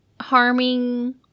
harming